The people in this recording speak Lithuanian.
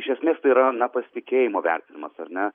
iš esmės tai yra na pasitikėjimo vertinimas ar ne